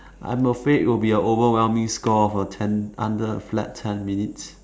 I'm afraid it'll be a overwhelming score of a ten under a flat ten minutes